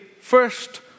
first